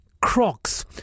Crocs